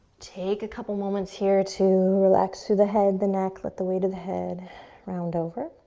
take a couple moments here to relax through the head, the neck. let the weight of the head round over,